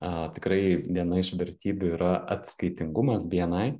a tikrai viena iš vertybių yra atskaitingumas bni